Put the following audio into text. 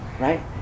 Right